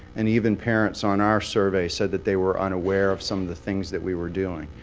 and even parents on our survey said that they were unaware of some of the things that we were doing.